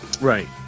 Right